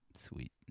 sweet